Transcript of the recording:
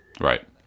right